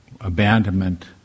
abandonment